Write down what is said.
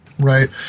Right